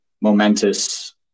momentous